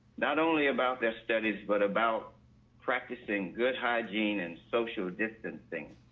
not only about their studies, but about practicing good hygiene and social distancing.